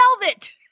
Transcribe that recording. Velvet